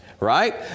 Right